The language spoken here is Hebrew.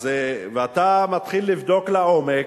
אתה מתחיל לבדוק לעומק,